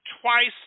Twice